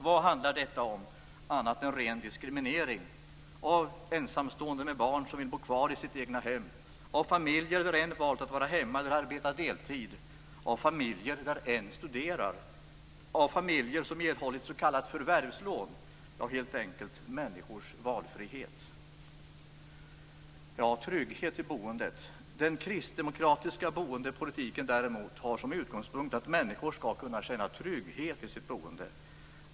Vad handlar detta om annat än ren diskriminering av - familjer där en valt att vara hemma eller arbeta deltid - människors valfrihet? Den kristdemokratiska boendepolitiken har som utgångspunkt att människor skall kunna känna trygghet i sitt boende.